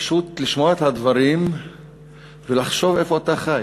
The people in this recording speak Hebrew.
פשוט לשמוע את הדברים ולחשוב איפה אתה חי,